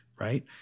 right